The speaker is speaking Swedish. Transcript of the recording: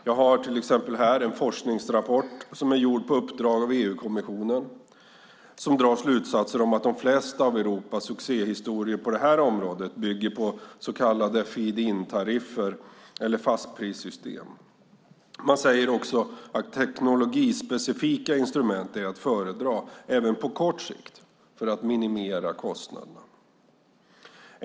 Jag har till exempel här en forskningsrapport som är gjord på uppdrag av EU-kommissionen som drar slutsatser om att de flesta av Europas succéhistorier på det här området bygger på så kallade feed-in-tariffer eller fastprissystem. Man säger också att teknologispecifika instrument är att föredra även på kort sikt för att minimera kostnaden.